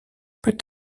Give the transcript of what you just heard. peut